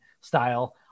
style